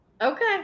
Okay